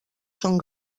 són